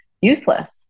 useless